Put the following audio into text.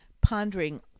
pondering